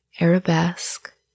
arabesque